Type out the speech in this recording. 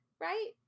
right